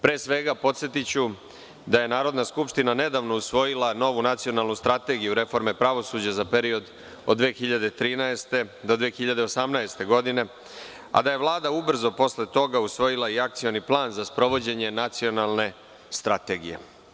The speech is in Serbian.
Pre svega podsetiću da je Narodna skupština nedavno usvojila novu Nacionalnu strategiju reforme pravosuđa za period od 2013. godine do 2018. godine, a da je Vlada ubrzo posle toga usvojila i Akcioni plan za sprovođenje Nacionalne strategije.